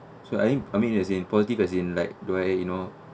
so I I mean as in positive as in like don't have you know